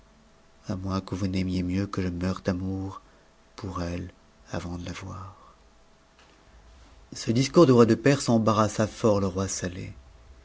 à moins que vous n'aimiez mieux que je meure d'antour pour elle avant de la voir ce discours du roi de perse embarrassa tort le roi saleh